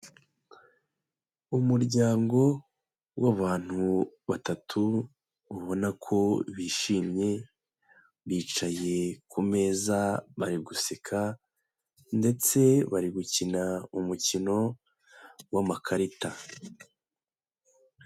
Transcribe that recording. Umuryango w'abantu batatu ubona ko bishimye, bicaye ku meza bari guseka ndetse bari gukina umukino w'amakarita.